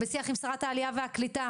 בשיח עם שרת העלייה והקליטה.